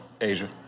Asia